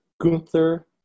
Gunther